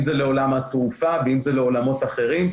אם זה לעולם התעופה ואם זה לעולמות אחרים,